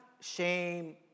shame